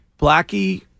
Blackie